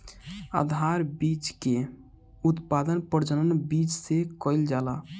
आधार बीज के उत्पादन प्रजनक बीज से कईल जाला